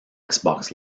xbox